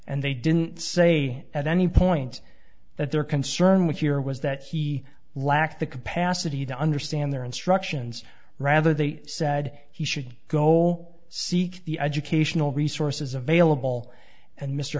and they didn't say at any point that their concern with your was that he lacked the capacity to understand their instructions rather they said he should go seek the educational resources available and mr